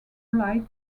allied